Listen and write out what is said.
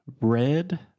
red